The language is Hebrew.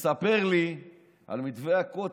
הוא מספר לי על מתווה הכותל.